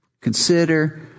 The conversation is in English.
Consider